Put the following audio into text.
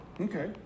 Okay